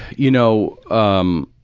you know, um,